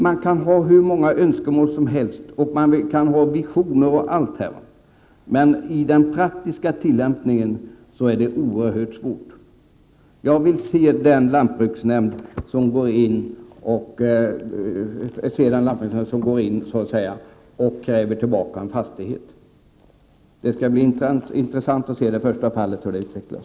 Man kan ha hur många önskemål och visioner som helst, men i den praktiska tillämpningen är det oerhört svårt att genomföra detta. Jag vill se den lantbruksnämnd som går in och kräver tillbaka en fastighet! Det skall bli intressant att se det första fallet och hur det utvecklas.